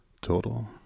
total